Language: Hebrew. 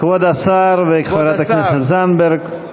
כבוד השר וחברת הכנסת זנדברג,